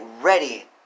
ready